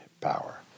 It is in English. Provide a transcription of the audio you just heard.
power